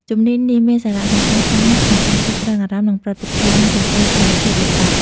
ជំនាញនេះមានសារៈសំខាន់ខ្លាំងណាស់ក្នុងការគ្រប់គ្រងអារម្មណ៍ និងប្រតិកម្មចំពោះស្ថានភាពលំបាក។